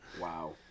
Wow